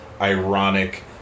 ironic